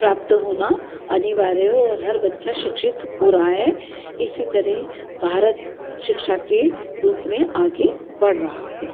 प्राप्त होना अनिवार्य ओर हर बच्चा शिक्षित हो रहा है इसी तरह भारत शिक्षा के रूप में आगे बढ़ रहा है